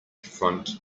front